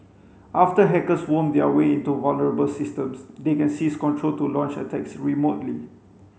after hackers worm their way into vulnerable systems they can seize control to launch attacks remotely